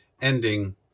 ending